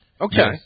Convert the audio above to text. Okay